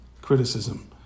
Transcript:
criticism